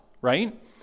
right